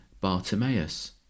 Bartimaeus